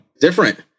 different